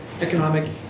Economic